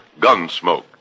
Gunsmoke